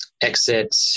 exit